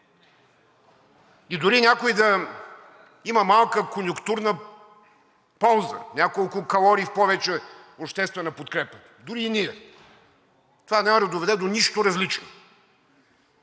и дори някой да има малка конюнктурна полза – няколко калории в повече обществена подкрепа, дори и ние, това няма да доведе до нищо различно,